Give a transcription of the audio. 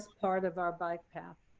part of our bike path.